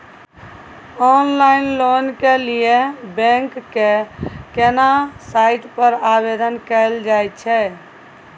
Online loan के लिए bank के केना साइट पर आवेदन कैल जाए छै?